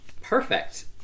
Perfect